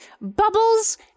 bubbles